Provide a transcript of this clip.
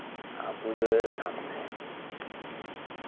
ᱯᱩᱡᱟᱹ ᱛᱷᱟᱱᱨᱮ